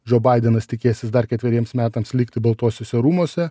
džo baidenas tikėsis dar ketveriems metams likti baltuosiuose rūmuose